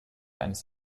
eines